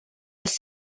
els